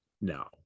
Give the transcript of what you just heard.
no